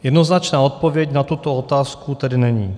Jednoznačná odpověď na tuto otázku tedy není.